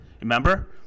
Remember